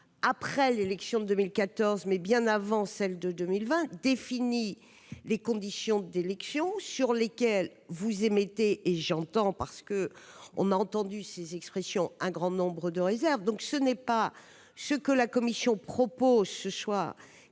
après l'élection de 2014 mais bien avant celle de 2020 défini les conditions d'élections sur lesquelles vous émettez et j'entends parce on a entendu ces expressions un grand nombre de réserves, donc ce n'est pas ce que la commission propose ce soir